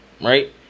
Right